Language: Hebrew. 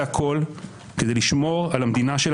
אתה רוצה לשמוע שוב --- לא שוב.